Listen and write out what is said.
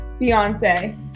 beyonce